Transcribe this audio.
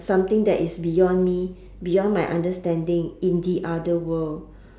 something that is beyond me beyond my understanding in the other world